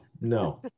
no